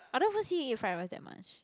I don't even see you eat fried rice that much